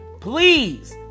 please